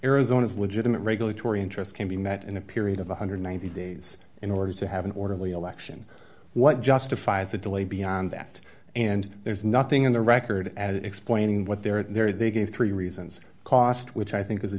arizona's legitimate regulatory interest can be met in a period of one hundred and ninety dollars days in order to have an orderly election what justifies the delay beyond that and there's nothing in the record at explaining what they're there they gave three reasons cost which i think is a